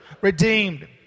redeemed